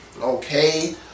Okay